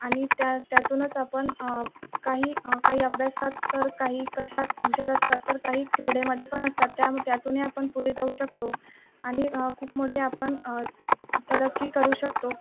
आणि त्या त्यातूनच आपण काही काही अभ्यासात तर काही कशात हुशार असतात तर काही क्रीडेमध्ये पण असतात त्या त्यातूनही आपण पुढे जाऊ शकतो आणि खूप मोठे आपण तरक्की करू शकतो